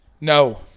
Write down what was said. No